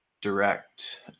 direct